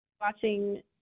watching